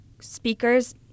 speakers